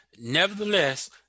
Nevertheless